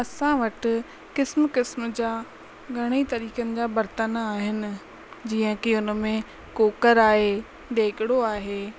असां वटि किस्मु किस्मु जा घणेई तरीक़नि जा बर्तन आहिनि जीअं की उनमें कूकर आहे ॾेॻिरो आहे